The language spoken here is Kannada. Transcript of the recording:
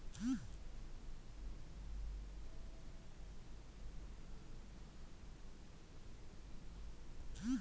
ಒಂಟೆ ಹಾಗೂ ಕುದುರೆನ ಸಾರಿಗೆಗೆ ಬಳುಸ್ತರೆ, ಎಮ್ಮೆ ಹಸುಗಳು ಹಾಲ್ ಕೊಡ್ತವೆ ಕುರಿಗಳು ಉಣ್ಣೆಯನ್ನ ಕೊಡ್ತವೇ